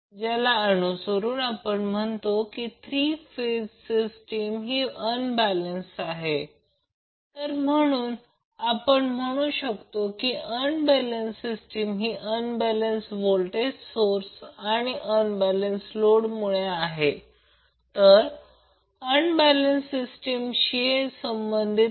आणि हा बिंदू कधीकधी आपण c म्हणून चिन्हांकित करतो आणि हा बिंदू v म्हणून चिन्हांकित करतो आणि याला फेझर कॉइल म्हणतात आणि व्होल्टेज कॉइल करंट कॉइलला नगण्य रेजिस्टन्स असतो मुळात या सर्वातून करंट जातो ही करंट कॉइल आहे